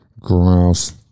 Gross